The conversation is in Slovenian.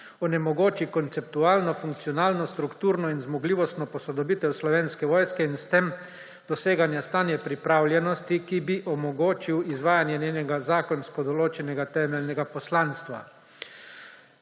onemogoči konceptualno, funkcionalno, strukturno in zmogljivostno posodobitev Slovenske vojske in s tem doseganja stanja pripravljenosti, ki bi omogočil izvajanje njenega zakonsko določenega temeljnega poslanstva.